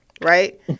right